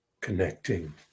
connecting